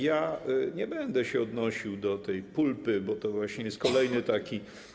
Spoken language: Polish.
Ja nie będę się odnosił do tej pulpy, bo to właśnie jest kolejny taki.